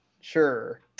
sure